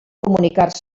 comunicar